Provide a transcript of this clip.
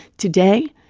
today,